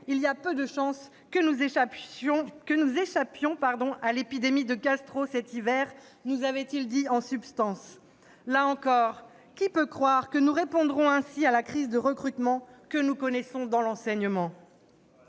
il y a peu de chances que nous échappions à l'épidémie de gastro-entérite cet hiver », nous avaient-ils dit en substance. Là encore, qui peut croire que nous répondrons ainsi à la crise de recrutement que nous connaissons dans l'enseignement ?